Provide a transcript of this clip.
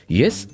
yes